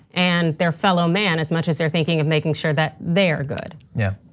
and their fellow man as much as they're thinking of making sure that they're good. yeah,